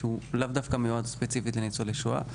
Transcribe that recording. שהוא לא בהכרח מתאים ספציפית לניצולי שואה,